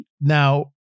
Now